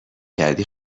کردی